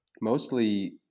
mostly